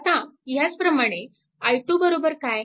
आता ह्याच प्रमाणे i 2 काय